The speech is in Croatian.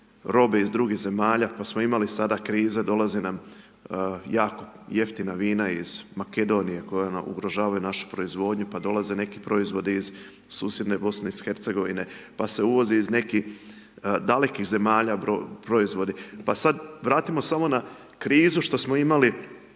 robe iz drugih zemalja, pa smo imali sada krize, dolaze nam jako jeftina vina iz Makedonije, koje nam ugrožavaju našu proizvodnju, pa dolaze neki proizvodi iz susjedne BIH, pa se uvozi iz nekih dalekih zemalja, proizvodi, pa sada vratimo samo na krizu što smo imali,